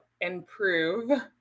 improve